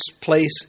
place